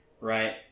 right